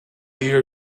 hear